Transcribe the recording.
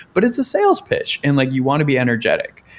but it's a sales pitch and like you want to be energetic.